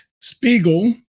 Spiegel